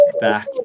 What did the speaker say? back